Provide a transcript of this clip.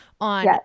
on